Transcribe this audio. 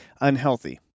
unhealthy